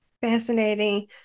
fascinating